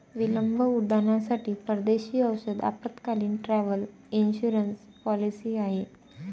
विलंब उड्डाणांसाठी परदेशी औषध आपत्कालीन, ट्रॅव्हल इन्शुरन्स पॉलिसी आहे